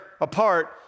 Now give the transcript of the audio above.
apart